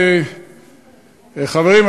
חברים,